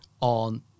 on